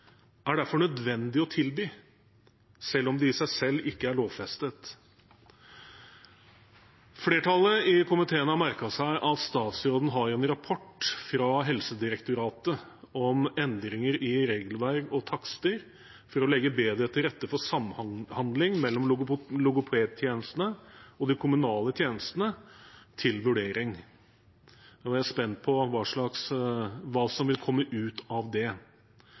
er derfor nødvendig å tilby, selv om de i seg selv ikke er lovfestet. Flertallet i komiteen har merket seg at statsråden har til vurdering en rapport fra Helsedirektoratet om endringer i regelverk og takster for å legge bedre til rette for samhandling mellom logopedtjenestene og de kommunale tjenestene. Nå er jeg spent på hva som vil komme ut av det.